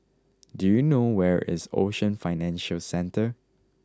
do you know where is Ocean Financial Centre